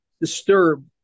disturb